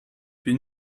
bin